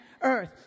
earth